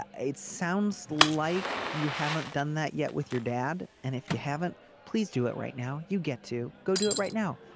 ah it sounds like you haven't done that yet with your dad. and if you haven't please do it right now. you get to go do it right now.